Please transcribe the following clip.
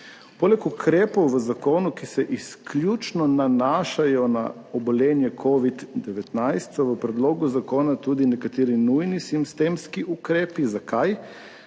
Poleg ukrepov v zakonu, ki se izključno nanašajo na obolenje COVID-19, so v predlogu zakona tudi nekateri nujni sistemski ukrepi. Zakaj?